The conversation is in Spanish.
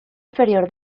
inferior